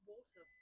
Water